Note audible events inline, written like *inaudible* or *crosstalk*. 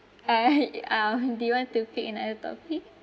eh *laughs* uh *laughs* do you want to pick another topic